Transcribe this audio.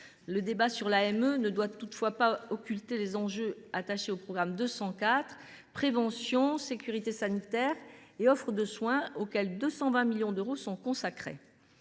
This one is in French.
Le débat sur l’AME ne doit toutefois pas occulter les enjeux attachés au programme 204, « Prévention, sécurité sanitaire et offre de soins », auquel 220 millions d’euros sont consacrés.